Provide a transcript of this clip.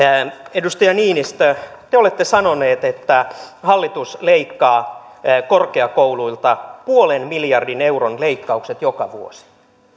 edustaja niinistö te te olette sanonut että hallitus leikkaa korkeakouluilta puolen miljardin euron leikkaukset joka vuosi